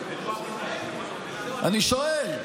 אני שואל.